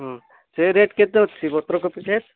ହୁଁ ସେଇ ରେଟ୍ କେତେ ଅଛି ପତ୍ର କୋବି ରେଟ୍